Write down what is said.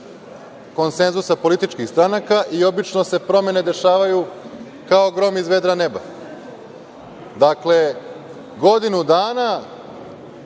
konsenzusa političkih stranaka i obično se promene dešavaju kao grom iz vedra neba. Dakle, godinu dana